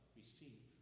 receive